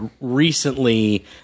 recently